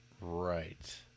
Right